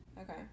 Okay